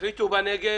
החליטו בנגב,